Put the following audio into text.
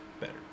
better